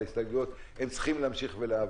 ההסתייגויות הם צריכים להמשיך ולעבוד.